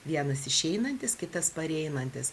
vienas išeinantis kitas pareinantis